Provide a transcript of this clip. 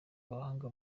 abahanga